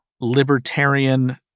libertarian